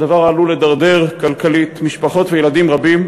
הדבר גם עלול לדרדר כלכלית משפחות וילדים רבים,